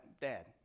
Dad